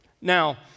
Now